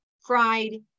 fried